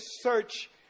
search